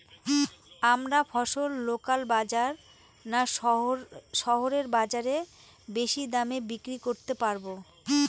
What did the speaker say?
আমরা ফসল লোকাল বাজার না শহরের বাজারে বেশি দামে বিক্রি করতে পারবো?